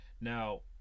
Now